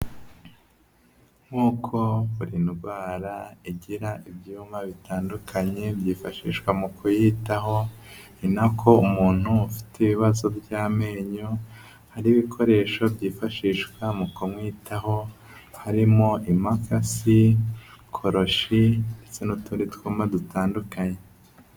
Nk'uko buri ndwara igira ibyuma bitandukanye byifashishwa mu kuyitaho, ni nako umuntu ufite ibibazo by'amenyo hari ibikoresho byifashishwa mu kumwitaho harimo: imakasi, koroshi ndetse n'utundi twuma dutandukanye.